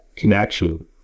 connection